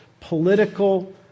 political